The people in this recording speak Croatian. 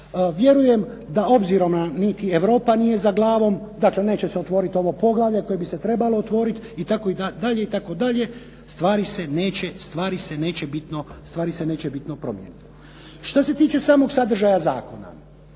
Vjerujem da obzirom da nam niti Europa nije za glavom dakle neće se otvorit ovo poglavlje koje bi se trebalo otvorit itd., itd., stvari se neće bitno promijeniti. Što se tiče samog sadržaja zakona,